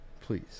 please